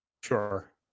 Sure